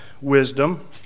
wisdom